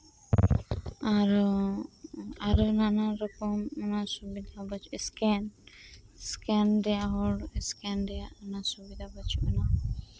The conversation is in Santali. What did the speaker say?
ᱟᱨᱳ ᱟᱨ ᱱᱟᱱᱟᱨᱚᱠᱚᱢ ᱚᱱᱟ ᱠᱟᱜᱚᱡ ᱥᱠᱮᱱ ᱥᱠᱮᱱ ᱨᱮᱭᱟᱜ ᱦᱚᱲ ᱥᱠᱮᱱᱨᱮᱭᱟᱜ ᱚᱱᱟ ᱥᱩᱵᱤᱫᱷᱟ ᱵᱟᱹᱪᱩᱜ ᱟᱱᱟ